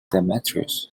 demetrius